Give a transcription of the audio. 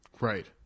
right